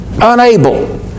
Unable